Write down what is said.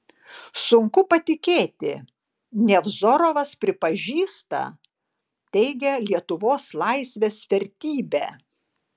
sunku patikėti nevzorovas pripažįsta teigia lietuvos laisvės vertybę